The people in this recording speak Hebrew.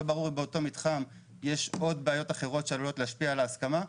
לא ברור אם באותו מתחם יש עוד בעיות אחרות שעלולות להשפיע על ההסכמה.